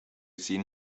seen